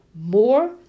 more